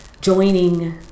joining